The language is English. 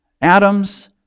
atoms